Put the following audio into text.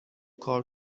کار